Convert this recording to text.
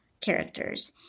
characters